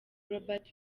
robert